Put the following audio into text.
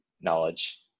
knowledge